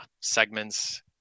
segments